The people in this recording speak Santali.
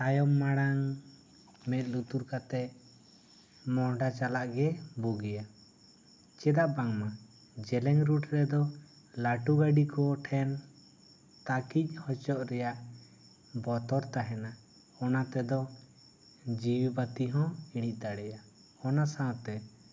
ᱛᱟᱭᱚᱢ ᱢᱟᱲᱟᱝ ᱢᱮᱫ ᱞᱩᱛᱩᱨ ᱠᱟᱛᱮ ᱢᱚᱦᱰᱟ ᱪᱟᱞᱟᱜ ᱜᱮ ᱵᱩᱜᱤᱭᱟ ᱪᱮᱫᱟᱜ ᱵᱟᱝ ᱢᱟ ᱡᱮᱞᱮᱧ ᱨᱩᱴ ᱨᱮᱫᱚ ᱞᱟᱹᱴᱩ ᱜᱟᱹᱰᱤ ᱠᱚ ᱴᱷᱮᱱ ᱛᱟᱹᱠᱤᱡ ᱦᱚᱪᱚᱜ ᱨᱮᱭᱟᱜ ᱵᱚᱛᱚᱨ ᱛᱟᱦᱮᱱᱟ ᱚᱱᱟ ᱛᱮᱫᱚ ᱡᱤᱣᱤ ᱵᱟᱹᱛᱤ ᱦᱚᱸ ᱤᱬᱤᱡ ᱫᱟᱲᱮᱭᱟᱜᱼᱟ ᱚᱱᱟ ᱥᱟᱶ ᱛᱮ